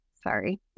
Sorry